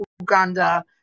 Uganda